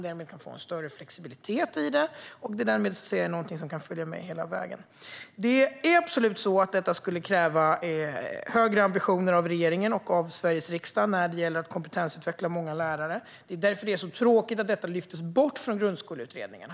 Därmed kan man få en större flexibilitet, och det blir något som kan följa med hela vägen. Detta skulle absolut kräva högre ambitioner från regeringens och Sveriges riksdags sida när det gäller att kompetensutveckla många lärare. Därför är det tråkigt att detta lyftes bort från Grundskoleutredningen.